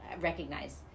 recognize